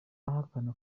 ahakana